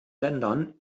ländern